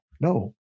no